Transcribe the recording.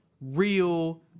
real